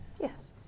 Yes